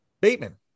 Bateman